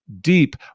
deep